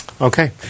Okay